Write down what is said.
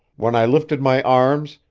when i lifted my arms,